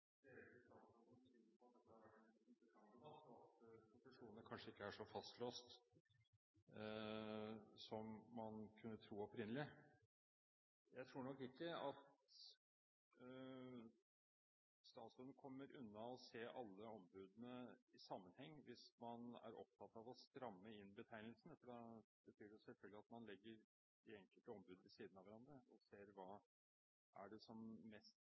så fastlåste som man opprinnelig kunne tro. Jeg tror nok ikke at statsråden kommer unna å se alle ombudene i sammenheng, hvis man er opptatt av å stramme inn betegnelsene. Da betyr det selvfølgelig at man legger de enkelte ombudene ved siden av hverandre og ser hva som mest kjennetegner funksjonen til vedkommende institusjon. Er det tilsyn etter en konkret lov, hvor man må forholde seg mer formalisert til norsk lov? Eller er det pådriverrollen, hvor man, som